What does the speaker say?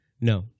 No